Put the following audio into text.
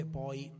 poi